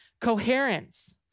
coherence